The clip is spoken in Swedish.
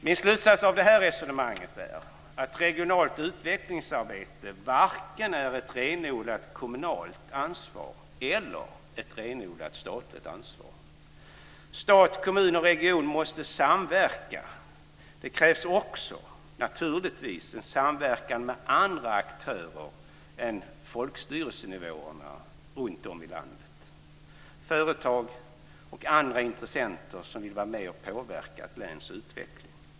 Min slutsats av det här resonemanget är att regionalt utvecklingsarbete varken är ett renodlat kommunalt ansvar eller ett renodlat statligt ansvar. Stat, kommun och region måste samverka. Det krävs naturligtvis också en samverkan med andra aktörer än folkstyrelsenivåerna runtom i landet, dvs. företag och andra intressenter som vill vara med och påverka ett läns utveckling.